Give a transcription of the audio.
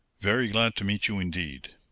very glad to meet you indeed.